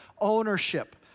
ownership